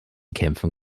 kämpfen